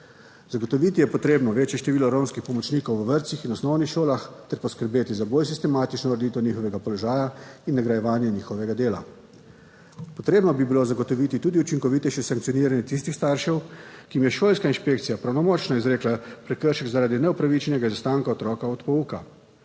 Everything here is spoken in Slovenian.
Zagotoviti je potrebno večje število romskih pomočnikov v vrtcih in osnovnih šolah ter poskrbeti za bolj sistematično ureditev njihovega položaja in nagrajevanje njihovega dela. Potrebno bi bilo zagotoviti tudi učinkovitejše sankcioniranje tistih staršev, ki jim je šolska inšpekcija pravnomočno izrekla prekršek zaradi neupravičenega izostanka otroka od pouka.